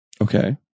Okay